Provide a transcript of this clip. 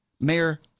Mayor